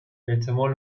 احتمال